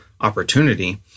opportunity